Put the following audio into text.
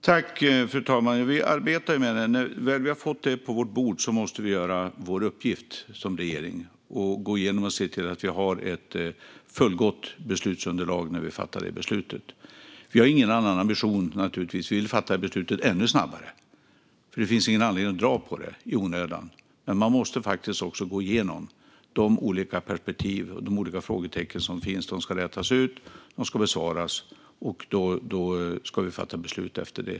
Fru talman! Vi arbetar med detta. När vi har fått det på vårt bord måste vi göra vår uppgift som regering och gå igenom och se till att vi har ett fullgott beslutsunderlag när vi fattar beslutet. Vi har ingen annan ambition - vi vill fatta beslutet ännu snabbare, för det finns ingen anledning att dra ut på det i onödan. Men man måste faktiskt också gå igenom de olika perspektiven, och de olika frågetecken som finns ska rätas ut. Frågor ska besvaras, och efter det ska vi fatta beslut.